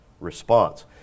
response